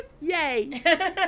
yay